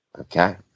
Okay